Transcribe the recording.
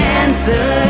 answer